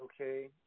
okay